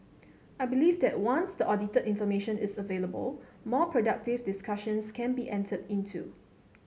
I believe that once the audited information is available more productive discussions can be entered into